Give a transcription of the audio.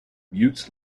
mutes